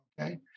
Okay